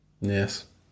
Yes